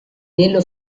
nello